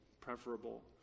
preferable